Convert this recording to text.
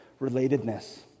relatedness